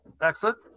excellent